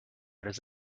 does